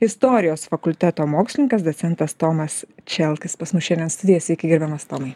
istorijos fakulteto mokslininkas docentas tomas čelkis pas mus šiandien studijoj sveiki gerbiamas tomai